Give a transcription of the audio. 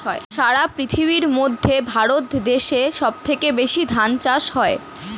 সারা পৃথিবীর মধ্যে ভারত দেশে সব থেকে বেশি ধান চাষ হয়